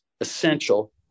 essential